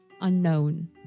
unknown